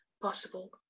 possible